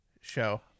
show